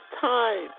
time